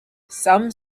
some